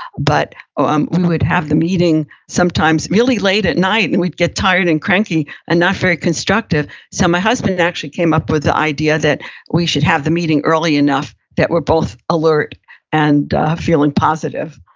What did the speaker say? but um we would have the meeting sometimes really late at night. and we'd get tired and cranky, and not very constructive. so my husband actually came up with the idea that we should have the meeting early enough that we're both alert and feeling positive.